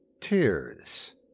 Tears